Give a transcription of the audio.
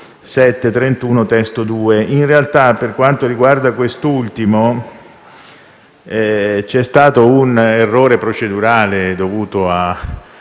7.31 (testo 2). In realtà, per quanto riguarda quest'ultimo, c'è stato un errore procedurale dovuto